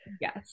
Yes